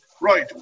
right